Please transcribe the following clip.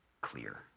clear